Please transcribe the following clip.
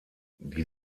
die